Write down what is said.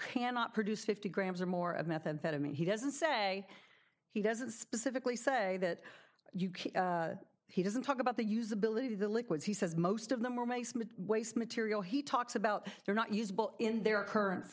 cannot produce fifty grams or more of methamphetamine he doesn't say he doesn't specifically say that you can he doesn't talk about the usability the liquids he says most of them are makes me waste material he talks about they're not usable in their current